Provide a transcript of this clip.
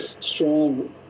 strong